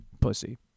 pussy